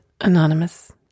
Anonymous